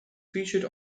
featured